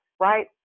right